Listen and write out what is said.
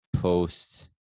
post